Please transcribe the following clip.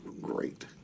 great